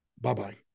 Bye-bye